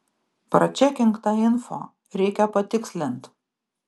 pračekink tą info reikia patikslint